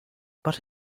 but